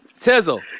Tizzle